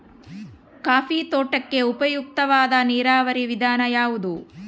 Coffee ತೋಟಕ್ಕೆ ಉಪಯುಕ್ತವಾದ ನೇರಾವರಿ ವಿಧಾನ ಯಾವುದು?